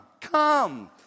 come